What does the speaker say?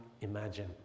imagine